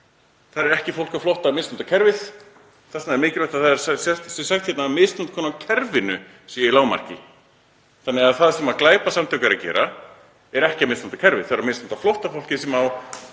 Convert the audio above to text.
þar er ekki fólk á flótta að misnota kerfið. Þess vegna er mikilvægt að það sé sagt hérna að misnotkun á kerfinu sé í lágmarki þannig að það sem glæpasamtök eru að gera er ekki að misnota kerfið, þau eru að misnota flóttafólkið sem á